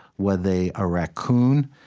were they a raccoon?